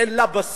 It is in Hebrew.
אין לה בסיס,